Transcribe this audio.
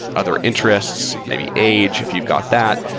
other interests, maybe age if you've got that.